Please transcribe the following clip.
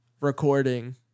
recording